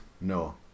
no